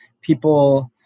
people